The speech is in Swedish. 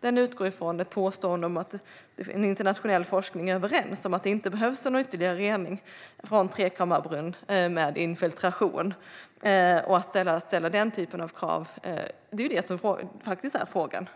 Den utgår nämligen från ett påstående om att internationell forskning är överens om att det inte behövs ytterligare rening för en trekammarbrunn med infiltration och huruvida man ska ställa den typen av krav. Det är faktiskt det som är frågan,